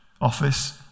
office